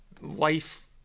life